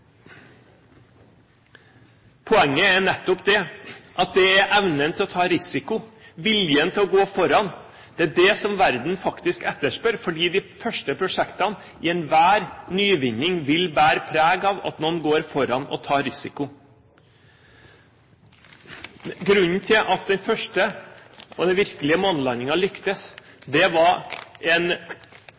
Poenget er nettopp at det er evnen til å ta risiko, viljen til å gå foran, som verden etterspør, fordi de første prosjektene i enhver nyvinning vil bære preg av at man går foran og tar risiko. Grunnen til at den første og virkelige månelandingen lyktes, var